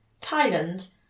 Thailand